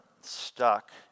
stuck